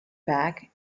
beck